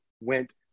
went